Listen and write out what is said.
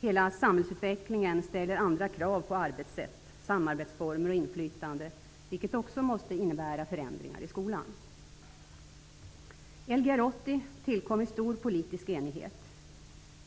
Hela samhällsutvecklingen ställer andra krav på arbetssätt, samarbetsformer och inflytande, vilket också måste innebära förändringar i skolan. Lgr 80 tillkom i stor politisk enighet.